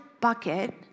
bucket